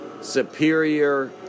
superior